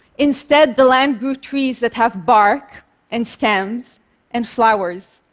instead, the land grew trees that have bark and stems and flowers.